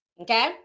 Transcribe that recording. Okay